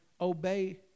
obey